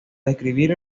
describir